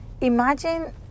imagine